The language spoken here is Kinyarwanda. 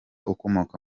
ukomoka